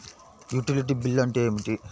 Utility bill అంటే ఏమిటి?